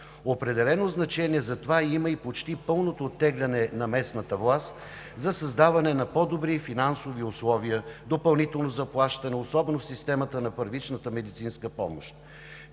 Определено значение за това има и почти пълното оттегляне на местната власт от създаване на по-добри финансови условия, допълнително заплащане, особено в системата на първичната медицинска помощ.